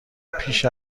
پیش